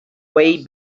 way